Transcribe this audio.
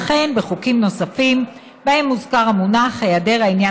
וכן בחוקים הנוספים שבהם מוזכר המונח היעדר עניין